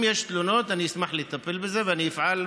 אם יש תלונות, אשמח לטפל בזה ואפעל.